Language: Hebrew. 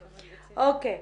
אוקיי.